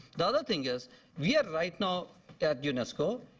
the other thing is we are right now at unesco,